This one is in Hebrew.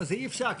אבל אי אפשר.